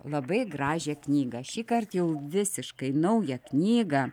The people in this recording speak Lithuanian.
labai gražią knygą šįkart jau visiškai naują knygą